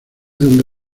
donde